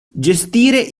gestire